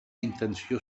intenció